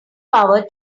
power